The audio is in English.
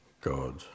God